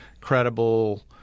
credible